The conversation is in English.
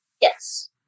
Yes